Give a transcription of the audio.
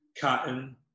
cotton